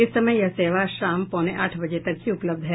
इस समय यह सेवा शाम पौने आठ बजे तक ही उपलब्ध है